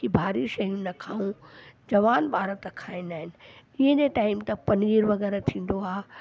की भारी शयूं न खाऊं जवान ॿार त खाईंदा आहिनि ॾींहं जे टाइम त पनीर वग़ैरह थींदो आहे